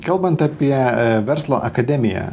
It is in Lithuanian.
kalbant apie verslo akademiją